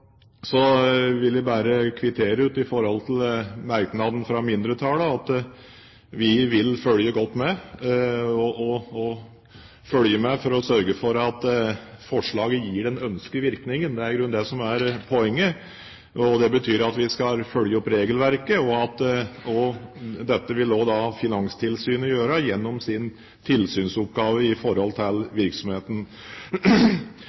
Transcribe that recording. vil jeg bare kvittere ut, knyttet til merknaden fra mindretallet, at vi vil følge godt med for å sørge for at forslaget gir den ønskede virkningen. Det er i grunnen det som er poenget. Det betyr at vi skal følge opp regelverket. Dette vil også Finanstilsynet gjøre gjennom sin tilsynsoppgave i forhold til